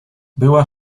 była